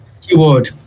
keyword